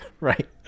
Right